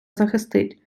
захистить